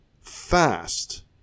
fast